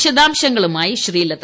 വിശദാംശങ്ങളുമായി ശ്രീലത